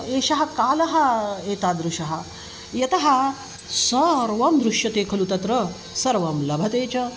एषः कालः एतादृशः यतः सर्वं दृश्यते खलु तत्र सर्वं लभ्यते च